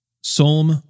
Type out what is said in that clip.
Psalm